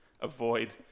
avoid